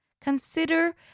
Consider